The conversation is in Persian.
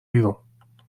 بیرون